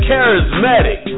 charismatic